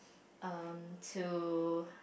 um to